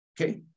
Okay